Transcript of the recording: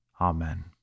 Amen